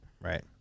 Right